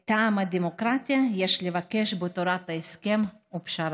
"את טעם הדמוקרטיה יש לבקש בתורת ההסכם ופשרה".